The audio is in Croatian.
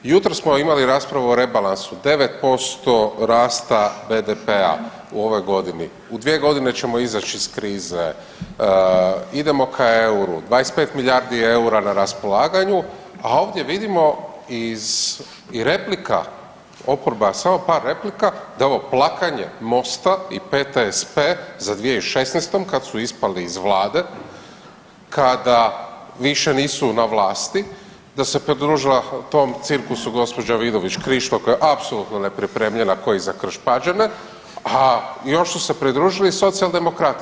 Jutros smo imali raspravu o rebalansu 9% rasta BDP-a u ovoj godini, u 2 godine ćemo izaći iz krize, idemo ka EUR-u, 25 milijardi EUR-a na raspolaganju, a ovdje vidimo i iz replika, oporba samo par replika, da je ovo plakanje MOST-a i PTSP za 2016. kad su ispali iz vlade, kada više nisu na vlasti da se pridružila tom cirkusa gospođa Vidović Krišto koja je apsolutno nepripremljena ko i za Krš-Pađene, a još su se pridružili Socijaldemokrati.